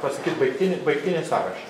pasakyt baigtinį baigtinį sąrašą